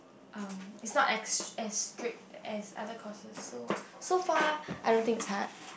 um is not ex~ as strict as other courses so so far I don't think is hard